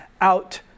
Out